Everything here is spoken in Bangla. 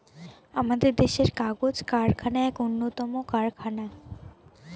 আমাদের দেশের কাগজ কারখানা এক উন্নতম কারখানা